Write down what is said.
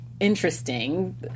interesting